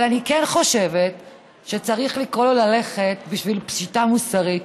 אבל אני כן חושבת שצריך לקרוא לו ללכת בשביל פשיטה מוסרית.